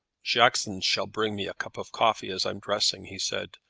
jackson shall bring me a cup of coffee as i'm dressing, he said,